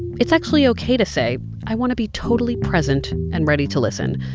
it's actually ok to say, i want to be totally present and ready to listen.